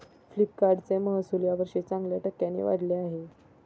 फ्लिपकार्टचे महसुल यावर्षी चांगल्या टक्क्यांनी वाढले आहे